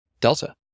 Delta